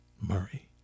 Murray